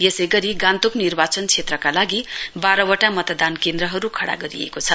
यसै गरी गान्तोक निर्वाचन क्षेत्रका लागि वाह्न वटा मतदान केन्द्रहरू गरिएको छ